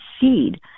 seed